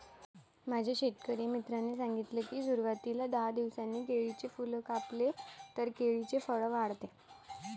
माझ्या शेतकरी मित्राने सांगितले की, सुरवातीला दहा दिवसांनी केळीचे फूल कापले तर केळीचे फळ वाढते